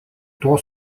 tuo